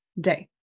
day